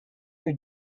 who